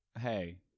hey